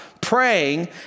praying